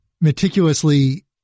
meticulously